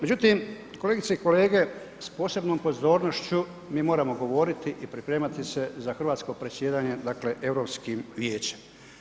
Međutim, kolegice i kolege s posebnom pozornošću mi moramo govoriti i pripremati se za hrvatsko predsjedanje dakle Europskim vijećem.